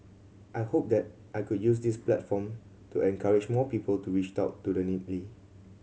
I hope that I could use this platform to encourage more people to reached out to the